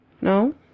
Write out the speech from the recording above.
No